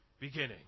beginning